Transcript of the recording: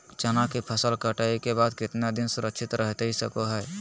चना की फसल कटाई के बाद कितना दिन सुरक्षित रहतई सको हय?